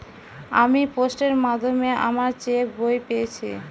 আমি পোস্টের মাধ্যমে আমার চেক বই পেয়েছি